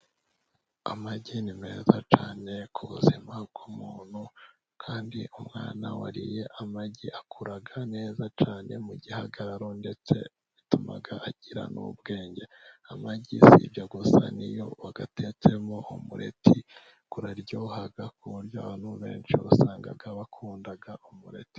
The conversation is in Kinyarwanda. Amagi ni meza cyane ku buzima bw'umuntu, kandi umwana wariye amagi akura neza cyane mu gihagararo, ndetse bituma agira n'ubwenge. Amagi si ibyo gusa n'iyo uyatetsemo umureti uraryoha, ku buryo abantu benshi usanga bakunda umureti.